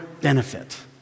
benefit